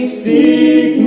seek